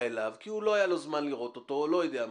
אליו כי לא היה לו זמן לראות אותו או לא יודע מה,